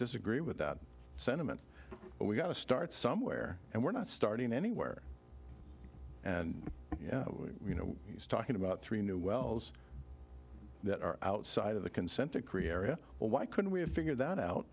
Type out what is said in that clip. disagree with that sentiment but we've got to start somewhere and we're not starting anywhere and you know he's talking about three new wells that are outside of the consent decree area why couldn't we have figured that out